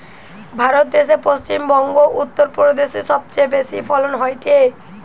ভারত দ্যাশে পশ্চিম বংগো, উত্তর প্রদেশে সবচেয়ে বেশি ফলন হয়টে